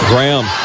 Graham